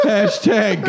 Hashtag